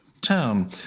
town